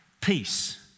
peace